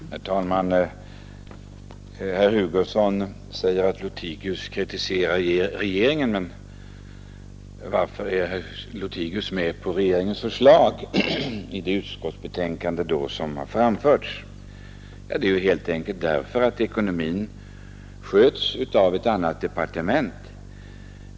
Herr talman! Herr Hugosson säger att jag kritiserar regeringen och frågar varför jag då är med på regeringens förslag i det utskottsbetänkande som här föreligger. Det är ju helt enkelt därför att ekonomin sköts av ett annat departement.